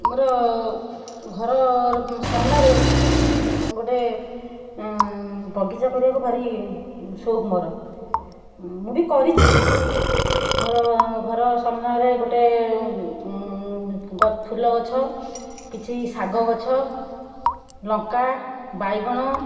ମୋର ଘରର ସାମ୍ନାରେ ଗୋଟେ ବଗିଚା କରିବାକୁ ଭାରି ସଉକ ମୋର ମୁଁ ବି କରିଛି ମୋର ଘର ସାମ୍ନାରେ ଗୋଟେ ଫୁଲ ଗଛ କିଛି ଶାଗ ଗଛ ଲଙ୍କା ବାଇଗଣ